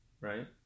Right